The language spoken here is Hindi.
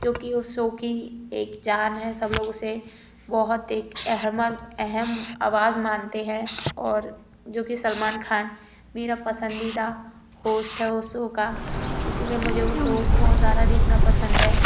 जो कि उस शो की एक जान है सब लोग उसे बहुत एक अहम अवाज मानते हैं और जो कि सलमान खान मेरा पसंदीदा होस्ट है उस शो का इसीलिए मुझे वो शो बहुत ज़्यादा देखना पसंद है